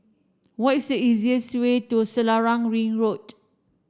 what is the easiest way to Selarang Ring Road